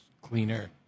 cleaner